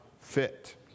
fit